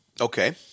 Okay